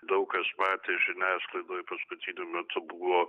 daug kas matė žiniasklaidoj paskutiniu metu buvo